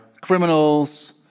criminals